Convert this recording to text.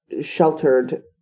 sheltered